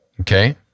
Okay